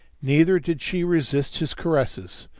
neither did she resist his caresses,